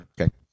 Okay